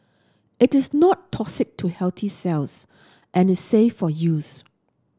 it is not toxic to healthy cells and is safe for use